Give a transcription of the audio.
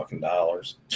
dollars